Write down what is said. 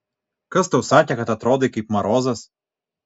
kas tau sakė kad atrodai kaip marozas